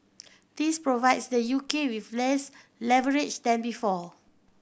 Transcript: this provides the U K with less leverage than before